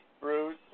Bruce